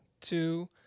two